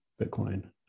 Bitcoin